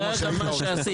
זה גם מה שעשיתי.